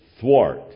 thwart